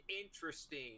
interesting